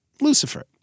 Lucifer